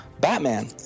Batman